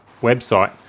website